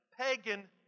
pagan